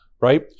right